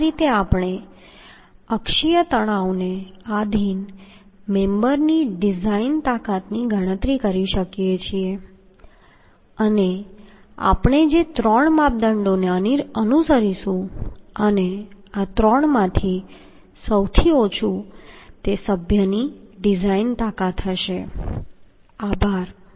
તો આ રીતે આપણે અક્ષીય તણાવને આધિન મેમ્બરની ડિઝાઇન તાકાતની ગણતરી કરી શકીએ છીએ અને આપણે જે ત્રણ માપદંડોને અનુસરીશું અને આ ત્રણમાંથી સૌથી ઓછું તે સભ્યની ડિઝાઇન તાકાત હશે આભાર